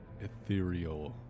ethereal